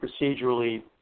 procedurally